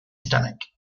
stomach